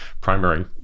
primary